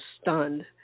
stunned